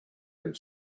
had